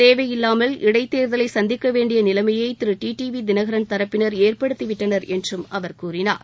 தேவையில்லாமல் இடைத்தேர்தலை சந்திக்க வேண்டிய நிலைமையை டிடிவி தினகரன் தரப்பினர் ஏற்படுத்திவிட்டனர் என்றும் அவர் கூறினார்